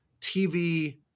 TV